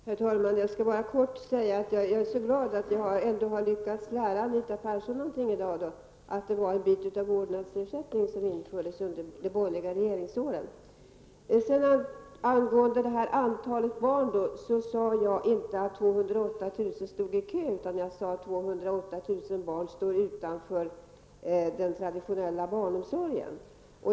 Herr talman! Jag skall bara kortfattat säga att jag är glad att jag ändå har lyckats lära Anita Persson något i dag, nämligen att en bit av vårdnadsersättningen infördes under de borgerliga regeringsåren. Beträffande hur många barn som står i kö till barnomsorgen sade jag inte att det var 208 000, utan jag sade att 208 000 barn står utanför den traditionella barnomsorgen.